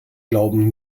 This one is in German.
glauben